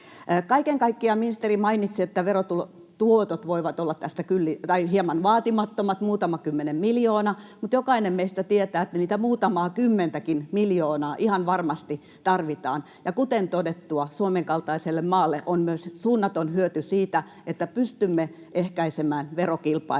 Kaiken kaikkiaan ministeri mainitsi, että verotuotot voivat olla tästä hieman vaatimattomat, muutama kymmentä miljoonaa, mutta jokainen meistä tietää, että niitä muutamaa kymmentäkin miljoonaa ihan varmasti tarvitaan. Ja kuten todettua, Suomen kaltaiselle maalle on myös suunnaton hyöty siitä, että pystymme ehkäisemään verokilpailua,